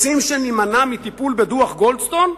רוצים שנימנע מטיפול בדוח גולדסטון?